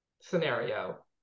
scenario